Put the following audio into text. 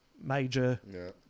major